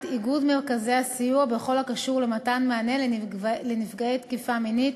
איגוד מרכזי הסיוע בכל הקשור למתן מענה לנפגעי תקיפה מינית,